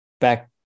back